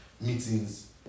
meetings